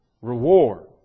Reward